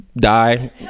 die